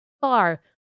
far